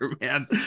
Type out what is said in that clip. man